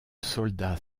soldat